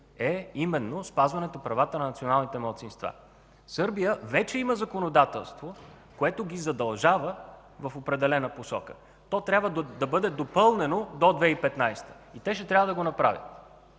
е именно спазването на правата на националните малцинства. Сърбия вече има законодателство, което я задължава в определена посока. То трябва да бъде допълнено до 2015 г. и те ще трябва да го направят.